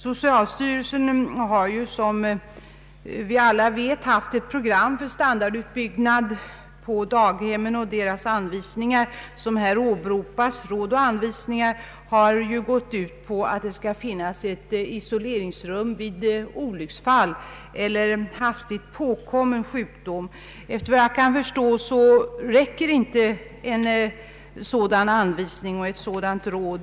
Socialstyrelsen har ju, som vi alla vet, haft ett program för standardutbyggnad på daghemmen och givit råd och anvisningar om dess verksamhet. Som åberopas här har ju dessa gått ut på att det skall finnas ett isoleringsrum vid olycksfall och hastigt påkomna sjukdomar. Efter vad jag kan förstå, räcker inte dessa råd och anvisningar.